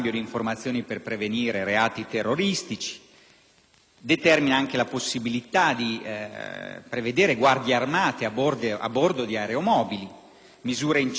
Determina anche la possibilità di prevedere guardie armate a bordo di aeromobili e misure incisive nella lotta all'immigrazione illegale, con